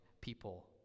people